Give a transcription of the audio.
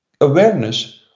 awareness